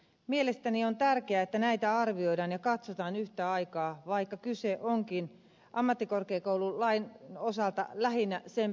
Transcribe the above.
mielestäni on tärkeää että näitä arvioidaan ja katsotaan yhtä aikaa vaikka kyse onkin ammattikorkeakoululain osalta lähinnä sen päivittämisestä